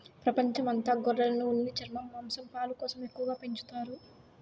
ప్రపంచం అంత గొర్రెలను ఉన్ని, చర్మం, మాంసం, పాలు కోసం ఎక్కువగా పెంచుతారు